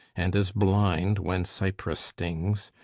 and as blind when cypris stings?